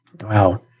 Wow